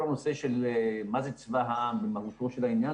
הנושא של מה זה צבא העם ומהותו של העניין,